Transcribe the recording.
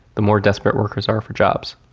the more desperate workers are for jobs.